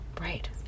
Right